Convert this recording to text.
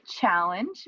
challenge